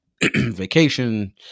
vacation